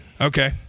Okay